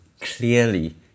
clearly